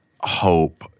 hope